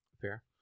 Fair